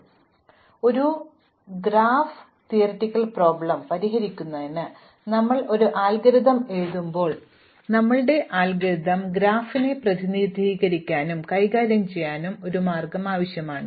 പക്ഷേ ഒരു ഗ്രാഫ് സൈദ്ധാന്തിക പ്രശ്നം പരിഹരിക്കുന്നതിന് ഞങ്ങൾ ഒരു അൽഗോരിതം എഴുതുമ്പോൾ ഞങ്ങളുടെ അൽഗോരിതം ഗ്രാഫിനെ പ്രതിനിധീകരിക്കാനും കൈകാര്യം ചെയ്യാനും ഒരു മാർഗം ആവശ്യമാണ്